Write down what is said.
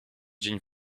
dzień